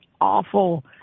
awful